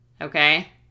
Okay